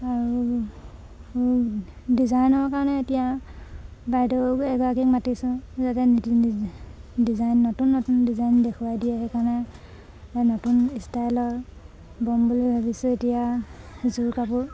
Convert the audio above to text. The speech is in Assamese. আৰু ডিজাইনৰ কাৰণে এতিয়া বাইদেউ এগৰাকীক মাতিছোঁ যাতে ডিজাইন নতুন নতুন ডিজাইন দেখুৱাই দিয়ে সেইকাৰণে নতুন ষ্টাইলৰ বম বুলি ভাবিছোঁ এতিয়া যোৰ কাপোৰ